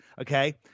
Okay